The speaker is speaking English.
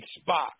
spot